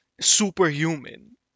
superhuman